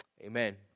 Amen